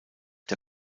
der